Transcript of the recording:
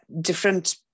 different